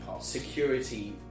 security